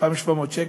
2,700 שקל.